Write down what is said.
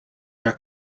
their